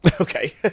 Okay